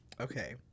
Okay